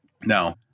now